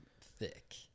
thick